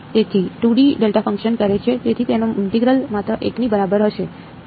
તેથી 2 D delta function કરે છે તેથી તેનો ઇન્ટિગ્રલ માત્ર 1 ની બરાબર હશે